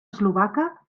eslovaca